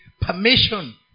permission